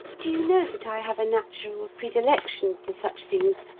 do you know that i have a natural predilection for such things?